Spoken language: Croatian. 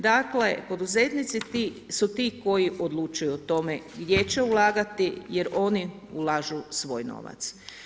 Dakle, poduzetnici su ti koji odlučuju o tome gdje će ulagati jer oni ulažu svoj novac.